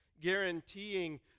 guaranteeing